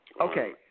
Okay